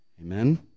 Amen